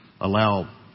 allow